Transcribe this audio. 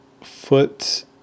foot